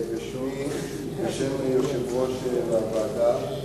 בשמי ובשם יושב-ראש הוועדה,